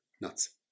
nuts